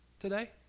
today